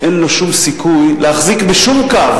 אין לו שום סיכוי להחזיק בשום קו.